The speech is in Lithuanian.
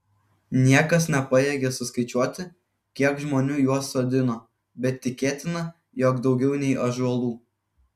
niekas nepajėgė suskaičiuoti kiek žmonių juos sodino bet tikėtina jog daugiau nei ąžuolų